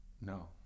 No